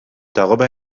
darüber